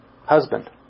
husband